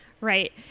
Right